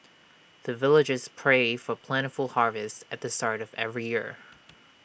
the villagers pray for plentiful harvest at the start of every year